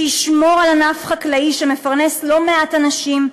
שישמור על ענף חקלאי שמפרנס לא מעט אנשים,